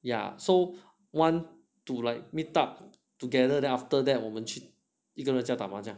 yeah so want to like meet up together then after that 我们去一个家打麻将